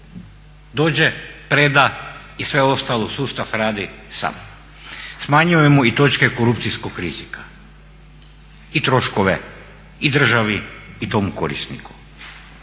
dođe, preda i sve ostalo sustav radi sam. Smanjujemo i točke korupcijskog rizika i troškove i državi i tom korisniku.